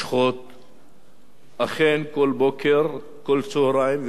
אכן כל בוקר, כל צהריים וכל ערב, ואפילו יותר מזה,